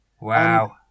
Wow